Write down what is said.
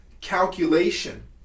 calculation